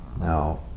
Now